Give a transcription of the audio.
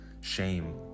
shame